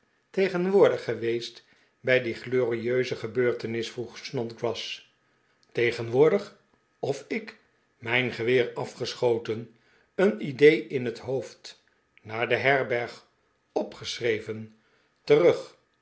tegenwoordig geweest bij die glorierijke gebeurtenis vroeg snodgrass tegenwoordig of ik mijn geweer afgeschoten een idee in het hoofd naar de herberg opgeschreven terug